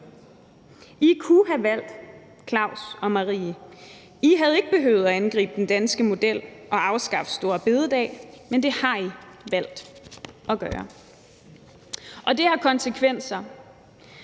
I kunne have valgt Claus og Marie. I havde ikke behøvet at angribe den danske model og afskaffe store bededag, men det har I valgt at gøre. Og det har konsekvenser.